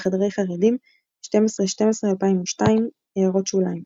בחדרי חרדים 12.12.2002 == הערות שוליים ==